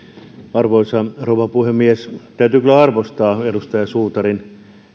arvoisa rouva puhemies täytyy kyllä arvostaa edustaja suutarin